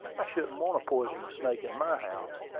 i shouldn't want a poisonous snake in my house.